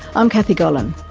i'm kathy gollan,